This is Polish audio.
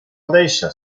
odejścia